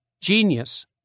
genius